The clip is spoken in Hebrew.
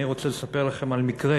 אני רוצה לספר לכם על מקרה